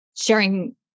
sharing